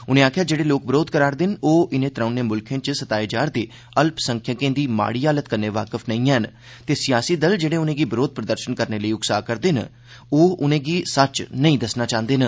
उनें आक्खेआ जेड़े लोक विरोघ करा करदे न ओह् इनें त्रौनें मुल्खें च सताए जा'रदे अल्पसंख्यकें दी माड़ी हालत कन्नै वाकफ नेई ऐन ते सियासी दल जेड़े उनेंगी विरोध प्रदर्शन करने लेई उकसांदे न उनेंगी सच्च दस्सना नेई चाहंदे न